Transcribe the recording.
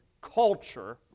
culture